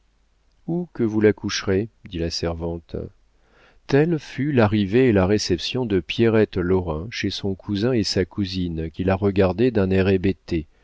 où que vous la coucherez dit la servante telle fut l'arrivée et la réception de pierrette lorrain chez son cousin et sa cousine qui la regardaient d'un air hébété